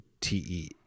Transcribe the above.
T-E